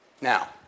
Now